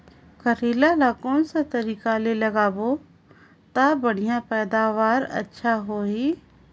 करेला ला कोन सा तरीका ले लगाबो ता बढ़िया पैदावार अच्छा होही?